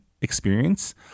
experience